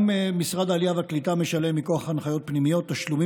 הצעת חוק תשלומים